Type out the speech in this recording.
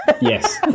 Yes